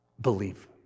believe